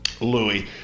Louis